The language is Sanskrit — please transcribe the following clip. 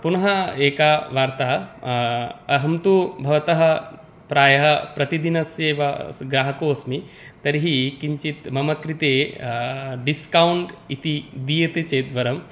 पुनः एकवार्ता अहं तु भवतः प्रायः प्रतिदिनस्यैव स् ग्राहकोऽस्मि तर्हि किञ्चित् मम कृते डिस्कौण्ट् इति दीयते चेत् वरम्